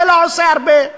זה לא עושה הרבה.